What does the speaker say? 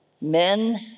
Men